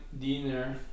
dinner